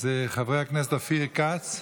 אז חבר הכנסת אופיר כץ?